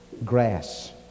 grass